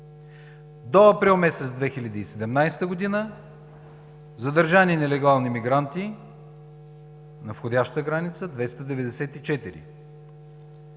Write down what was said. До април месец 2017 г. задържани нелегални мигранти на входяща граница – 294;